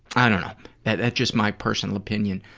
i don't know that's just my personal opinion,